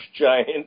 giant